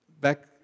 Back